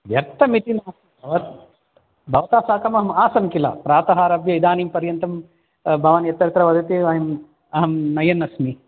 व्यर्थमिति नास्ति भवता भवता साकम् आसं किल प्रातः आारभ्य इदानीं पर्यन्तं भवान् यत्रत्र वदति वयम् अहं नयनस्मि